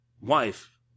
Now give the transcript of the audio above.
wife